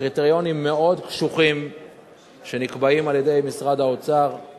הקריטריונים שנקבעים על-ידי משרד האוצר מאוד קשוחים.